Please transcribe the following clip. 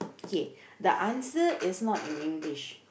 okay the answer is not in English